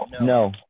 No